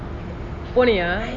போனா:poniya